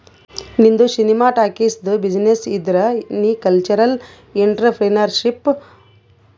ನಿಂದು ಸಿನಿಮಾ ಟಾಕೀಸ್ದು ಬಿಸಿನ್ನೆಸ್ ಇದ್ದುರ್ ನೀ ಕಲ್ಚರಲ್ ಇಂಟ್ರಪ್ರಿನರ್ಶಿಪ್